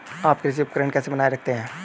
आप कृषि उपकरण कैसे बनाए रखते हैं?